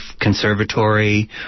conservatory